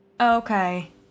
Okay